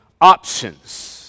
options